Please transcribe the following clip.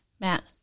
Matt